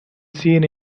seen